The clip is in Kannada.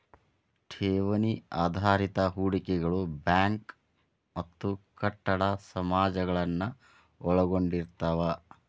ಠೇವಣಿ ಆಧಾರಿತ ಹೂಡಿಕೆಗಳು ಬ್ಯಾಂಕ್ ಮತ್ತ ಕಟ್ಟಡ ಸಮಾಜಗಳನ್ನ ಒಳಗೊಂಡಿರ್ತವ